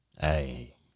Hey